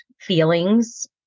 feelings